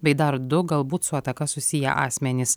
bei dar du galbūt su ataka susiję asmenys